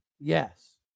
Yes